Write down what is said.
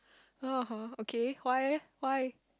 haha okay why leh why